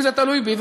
אם זה תלוי בי,